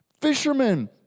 fishermen